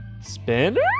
Spinner